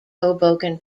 hoboken